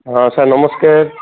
ହଁ ସାର୍ ନମସ୍କାର